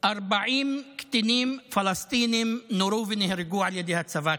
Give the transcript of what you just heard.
40 קטינים פלסטינים נורו ונהרגו על ידי הצבא,